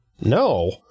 No